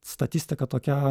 statistika tokia